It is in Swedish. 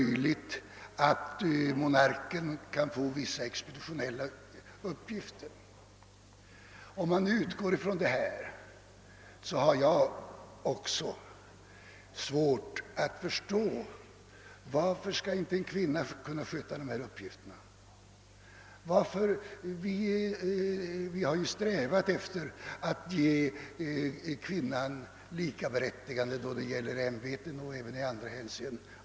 Jag har svårt att förstå varför en kvinna inte skulle kunna sköta dessa uppgifter. Vi har ju strävat efter att ge kvinnan likaberättigande då det gäller ämbeten och även i andra hänseenden.